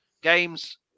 games